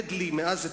שמהדהד לי מאז אתמול.